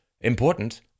important